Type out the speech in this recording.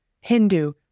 Hindu